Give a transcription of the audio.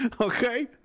okay